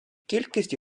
кількість